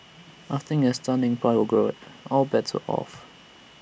after A stunning power grab all bets are off